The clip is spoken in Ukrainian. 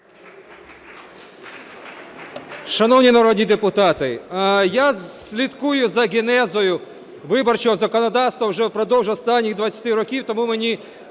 Шановні народні депутати, я слідкую за ґенезою виборчого законодавства вже впродовж останніх 20 років, тому мені